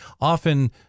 often